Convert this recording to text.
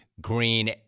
Green